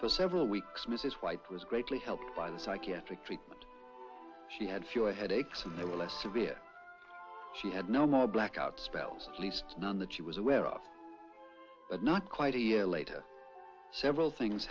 for several weeks mrs white was greatly helped by the psychiatric treatment she had fewer headaches and the less severe she had no more blackouts spells at least none that she was aware of but not quite a year later several things